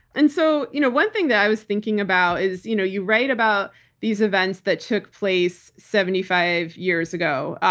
and so you know one thing that i was thinking about is you know you write about these events that took place seventy five years ago,